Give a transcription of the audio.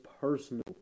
personal